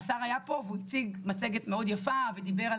השר היה פה והוא הציג מצגת מאוד יפה ודיבר על